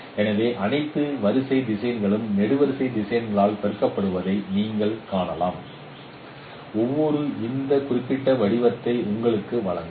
எனவே அனைத்து வரிசை திசையன்களும் நெடுவரிசை திசையன்களால் பெருக்கப்படுவதை நீங்கள் காணலாம் ஒவ்வொன்றும் இந்த குறிப்பிட்ட வடிவத்தை உங்களுக்கு வழங்கும்